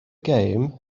gêm